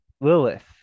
Lilith